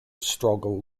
struggle